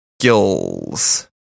skills